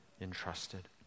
entrusted